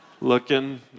looking